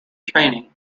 training